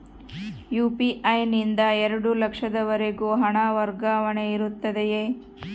UPI ನಿಂದ ಎರಡು ಲಕ್ಷದವರೆಗೂ ಹಣ ವರ್ಗಾವಣೆ ಇರುತ್ತದೆಯೇ?